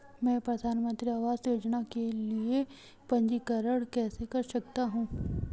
मैं प्रधानमंत्री आवास योजना के लिए पंजीकरण कैसे कर सकता हूं?